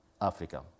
Africa